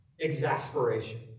exasperation